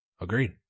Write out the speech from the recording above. Agreed